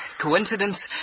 coincidence